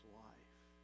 life